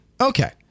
okay